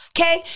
okay